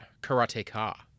karate-ka